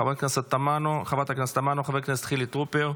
חברת הכנסת תמנו, חבר הכנסת חילי טרופר,